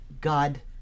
God